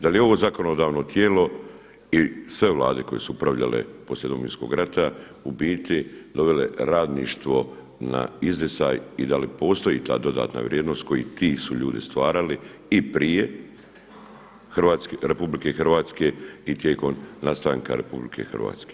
Da li je ovo zakonodavno tijelo i sve vlade koje su upravljanje poslije Domovinskog rata u biti dovele radništvo na izdisaj i da li postoji ta dodatna vrijednost koju ti su ljudi stvarali i prije RH i tijekom nastanka RH?